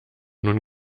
nun